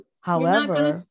However-